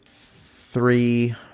three